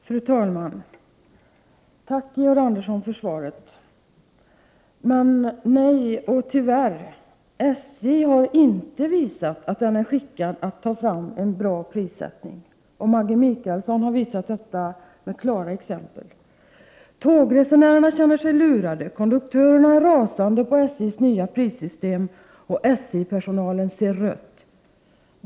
Fru talman! Jag tackar Georg Andersson för svaret. Men nej och tyvärr — SJ har inte visat att det är skickat att ta fram en bra prissättning. Maggi Mikaelsson har med exempel klart visat på detta. Tågresenärerna känner sig lurade, konduktörerna rasar över SJ:s nya prissystem och SJ-personalen ser rött.